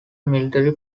military